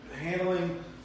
handling